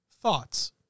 Thoughts